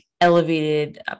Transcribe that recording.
elevated